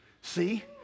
See